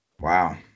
Wow